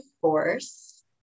force